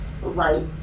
right